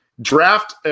draft